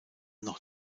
noch